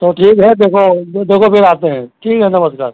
तो ठीक है देखो देखो कोई बात नहीं है ठीक है नमस्कार